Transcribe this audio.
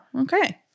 Okay